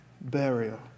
burial